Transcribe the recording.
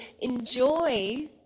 enjoy